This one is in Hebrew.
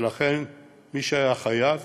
ולכן, מי שהיה חייב